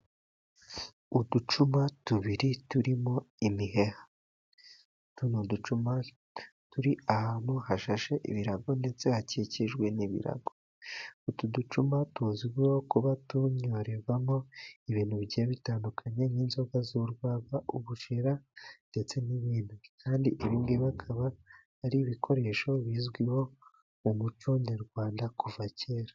Uducuma tubiri turimo imiheha, tuno ducuma turi ahantu hashashe ibirago ndetse hakikijwe n'ibirago, utu ducuma tuzwiho kuba tunywerebwamo ibintu bigiye bitandukanye nk'inzoga z'urwagwa, ubushera ndetse n'ibindi, kandi ibi ngibi bikaba ari ibikoresho bizwi mu muco nyarwanda kuva kera.